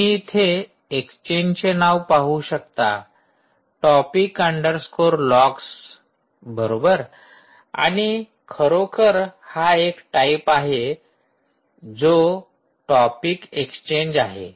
तुम्ही इथे एक्सचेंजचे नाव पाहू शकता टॉपिक अंडरस्कोर लॉग्स बरोबर आणि खरोखर हा एक टाईप आहे जो टॉपिक एक्सचेंज आहे